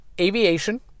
aviation